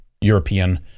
European